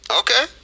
okay